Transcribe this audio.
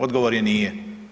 Odgovor je-nije.